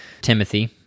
Timothy